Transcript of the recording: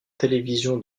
télévision